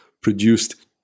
produced